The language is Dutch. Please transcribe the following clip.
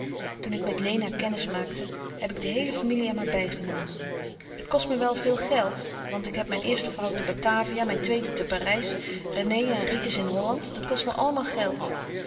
toen ik met lena kennis maakte heb ik de heele familie er maar bijgenomen het kost me wel veel geld want ik heb mijn eerste vrouw te batavia mijn tweede te parijs rené en ricus in holland dat kost me allemaal geld